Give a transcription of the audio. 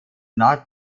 not